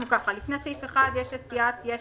לפני סעיף 1 יש סיעת יש